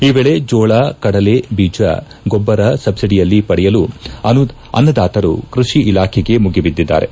ಈ ವೇಳೆ ಜೋಳ ಕಡಲೆ ಬೀಜ ಗೊಬ್ಬರ ಸಬ್ಲಡಿನಲ್ಲಿ ಪಡೆಯಲು ಅನ್ನದಾತರು ಕೃಷಿ ಇಲಾಖೆಗೆ ಮುಗಿಬಿದ್ದಿದಾರೆ